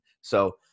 so-